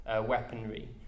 weaponry